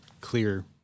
clear